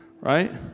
right